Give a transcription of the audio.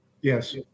yes